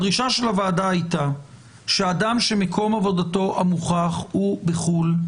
הדרישה של הוועדה הייתה שאדם שמקום עבודתו המוכח הוא בחו"ל,